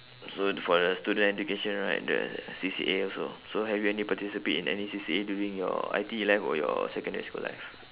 so for the student education right the C_C_A also so have you any participate in any C_C_A during your I_T_E life or your secondary school life